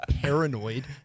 paranoid